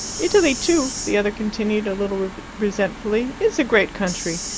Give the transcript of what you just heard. italy too, the other continued a little resentfully, is a great country.